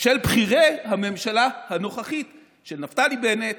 של בכירי הממשלה הנוכחית, של נפתלי בנט,